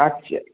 আচ্ছা